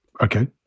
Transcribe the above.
okay